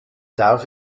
darf